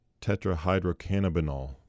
tetrahydrocannabinol